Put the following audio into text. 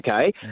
okay